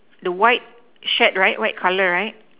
the white shed right white color right